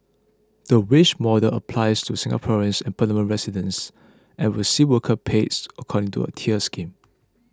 the wage model applies to Singaporeans and permanent residents and will see worker pays according to a tiered scheme